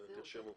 תרשמו.